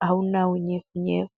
hauna unyevunyevu.